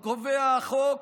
עוד קובע החוק